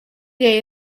day